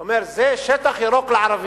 אומר: זה שטח ירוק לערבים.